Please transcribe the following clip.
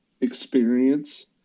experience